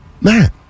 Man